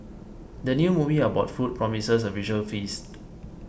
the new movie about food promises a visual feast